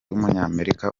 w’umunyamerika